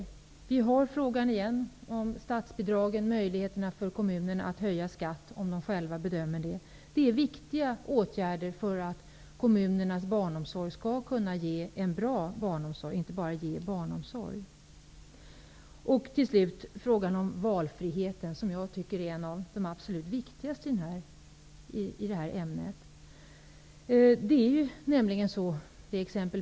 Kvar står frågan om statsbidragen och möjligheten för kommunerna att höja skatten om man bedömer att det behövs. Det är viktiga åtgärder för att kommunerna skall kunna ge en bra barnomsorg, inte bara ge barnomsorg. Till sist frågan om valfriheten, som jag tycker är en av de absolut viktigaste frågorna i det här sammanhanget.